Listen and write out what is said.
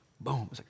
Boom